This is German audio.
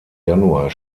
januar